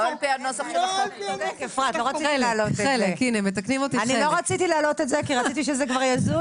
לא רציתי להעלות את זה כי רציתי שזה כבר יזוז.